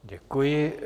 Děkuji.